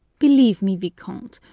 believe me, viscount,